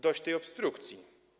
Dość tej obstrukcji!